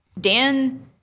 Dan